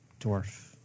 dwarf